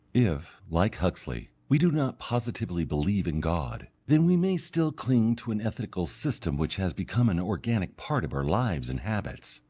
if, like huxley, we do not positively believe in god, then we may still cling to an ethical system which has become an organic part of our lives and habits,